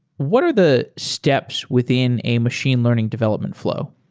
what are the steps within a machine learning development flow?